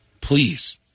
Please